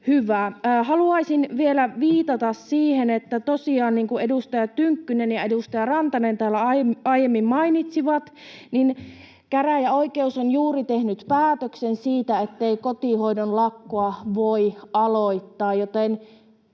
hyvä. Haluaisin vielä viitata siihen, että tosiaan, niin kuin edustaja Tynkkynen ja edustaja Rantanen täällä aiemmin mainitsivat, käräjäoikeus on juuri tehnyt päätöksen siitä, ettei kotihoidon lakkoa voi aloittaa,